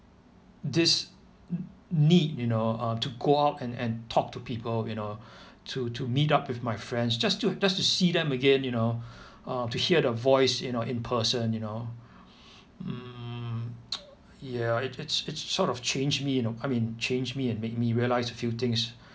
this n~ need you know uh to go out and and talk to people you know to to meet up with my friends just to just to see them again you know uh to hear their voice you know in person you know mm ya it it sort of changed me you know I mean changed me and made me realize a few things